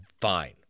fine